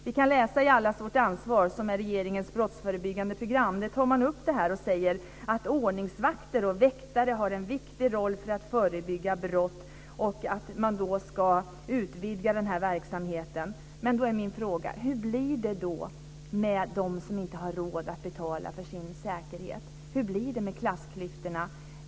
Vi kan läsa i Allas vårt ansvar, som är regeringens brottsförebyggande program, att man tar upp det här och säger att ordningsvakter och väktare har en viktig roll för att förebygga brott och att man ska utvidga den här verksamheten. Men då är min fråga: Hur blir det med dem som inte har råd att betala för sin säkerhet? Hur blir det med klassklyftorna?